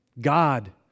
God